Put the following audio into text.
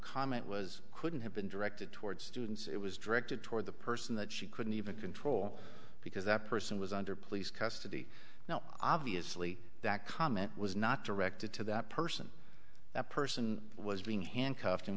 comment was couldn't have been directed towards students it was directed toward the person that she couldn't even control because that person was under police custody now obviously that comment was not directed to that person the person was being handcuffed